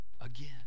again